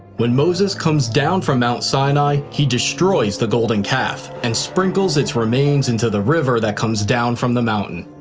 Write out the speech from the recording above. when moses comes down from mount sinai, he destroys the golden calf and sprinkles its remains into the river that comes down from the mountain.